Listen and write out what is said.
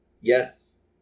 Yes